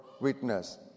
witness